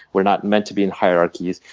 we're not meant to be in hierarchies.